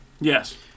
Yes